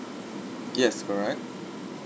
yes correct